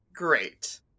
Great